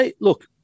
Look